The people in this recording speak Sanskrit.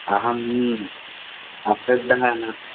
अहम् अश्रद्धः न